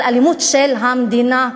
אבל אלימות של המדינה,